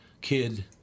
kid